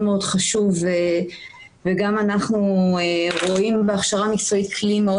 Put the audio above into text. מאוד חשוב וגם אנחנו רואים בהכשרה המקצועית כלי מאוד